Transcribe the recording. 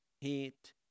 heat